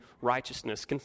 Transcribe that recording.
righteousness